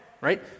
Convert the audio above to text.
Right